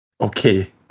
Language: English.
okay